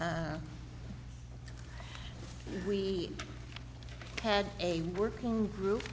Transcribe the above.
we had a working group